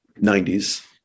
90s